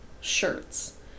shirts